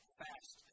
fast